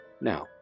Now